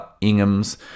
Ingham's